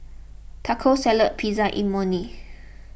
Taco Salad Pizza and Imoni